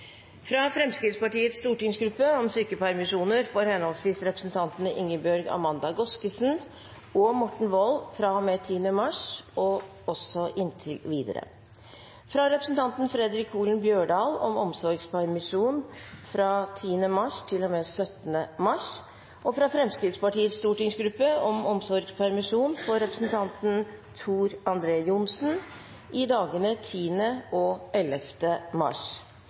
fra Fremskrittspartiets stortingsgruppe om sykepermisjon for henholdsvis representantene Ingebjørg Amanda Godskesen og Morten Wold fra og med 10. mars og inntil videre fra representanten Fredric Holen Bjørdal om omsorgspermisjon fra og med 10. mars til og med 17. mars fra Fremskrittspartiets stortingsgruppe om omsorgspermisjon for representanten Tor André Johnsen i dagene 10. og 11. mars